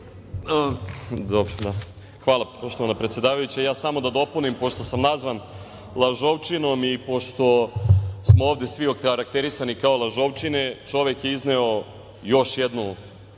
Hvala, poštovana predsedavajuća. Samo da dopunim, pošto sam nazvan lažovčinom i pošto smo ovde svi okarakterisani kao lažovčine, čovek je izneo još jednu